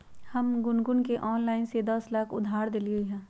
हम गुनगुण के ऑनलाइन से दस लाख उधार देलिअई ह